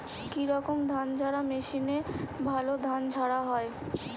কি রকম ধানঝাড়া মেশিনে ভালো ধান ঝাড়া হয়?